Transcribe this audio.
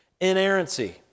Inerrancy